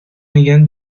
میگن